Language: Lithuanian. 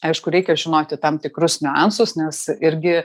aišku reikia žinoti tam tikrus niuansus nes irgi